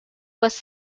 was